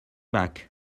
back